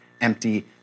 empty